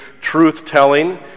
truth-telling